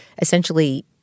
essentially